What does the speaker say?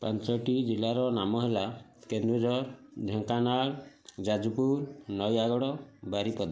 ପାଞ୍ଚଟି ଜିଲ୍ଲାର ନାମ ହେଲା କେନ୍ଦୁଝର ଢେଙ୍କାନାଳ ଯାଜପୁର ନୟାଗଡ଼ ବାରିପଦା